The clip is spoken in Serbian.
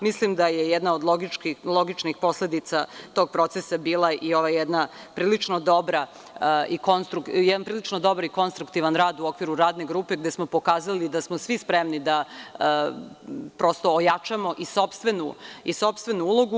Mislim da je jedna od logičnih posledica tog procesa bio jedan prilično dobar i konstruktivan rad u okviru radne grupe, gde smo pokazali da smo svi spremni da ojačamo i sopstvenu ulogu.